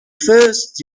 first